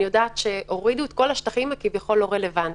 אני יודעת שהורידו את כל השטחים שכביכול לא רלוונטיים.